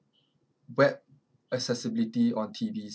web accessibility on T_Vs